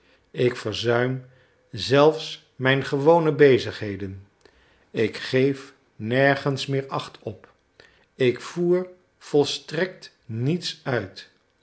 ik verzuim zelfs mijn gewone bezigheden ik geef nergens meer acht op ik voer volstrekt niets uit